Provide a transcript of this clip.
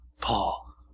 Paul